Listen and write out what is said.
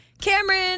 Cameron